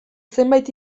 zenbait